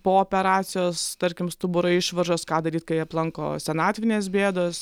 po operacijos tarkim stuburo išvaržos ką daryti kai aplanko senatvinės bėdos